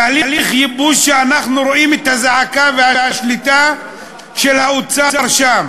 תהליך הייבוש שאנחנו רואים את הזעקה ואת השליטה של האוצר שם,